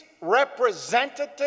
representative